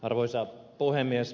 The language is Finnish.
arvoisa puhemies